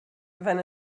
wenn